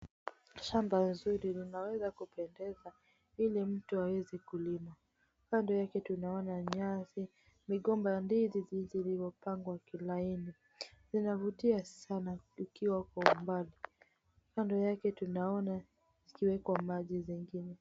Shamba zuri linaweza kupendeza ili mtu aweze kulima. Kando yake tunaona nyasi, migomba ya ndizi zilizopangwa kilaini, zinavutia sana likiwa kwa umbali. Kando yake tunaona zikiwekwa maji zingine.